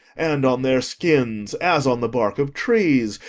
and on their skins, as on the bark of trees,